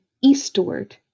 eastward